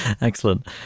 Excellent